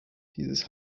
dieses